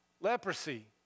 leprosy